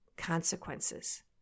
consequences